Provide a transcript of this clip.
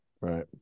right